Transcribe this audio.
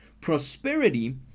Prosperity